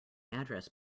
address